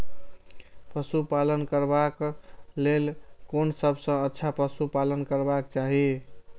पशु पालन करबाक लेल कोन सबसँ अच्छा पशु पालन करबाक चाही?